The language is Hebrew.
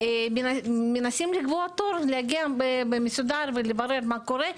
ומנסים לקבוע תור להגיע במסודר ולברר מה קורה.